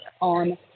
on